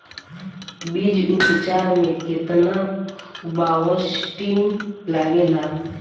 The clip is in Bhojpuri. बीज उपचार में केतना बावस्टीन लागेला?